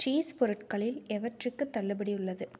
cheese பொருட்களில் எவற்றுக்கு தள்ளுபடி உள்ளது